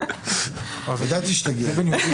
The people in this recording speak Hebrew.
ידעתי שתגיע לזה.